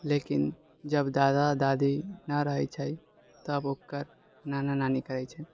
लेकिन जब दादा दादी नहि रहै छै तब ओकर नाना नानी करै छै